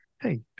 hey